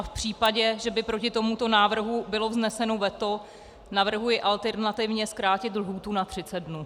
V případě, že by proti tomuto návrhu bylo vzneseno veto, navrhuji alternativně zkrátit lhůtu na 30 dnů.